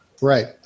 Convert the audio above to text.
Right